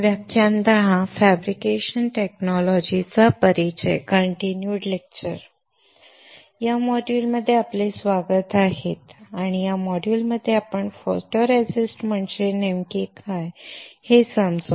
या मॉड्यूलमध्ये आपले स्वागत आहे आणि या मॉड्यूलमध्ये आपण फोटोरेसिस्ट म्हणजे नेमके काय हे समजू